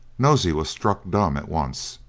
nosey was struck dumb at once.